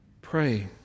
pray